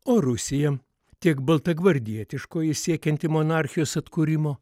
o rusija tiek baltagvardietiškoji siekianti monarchijos atkūrimo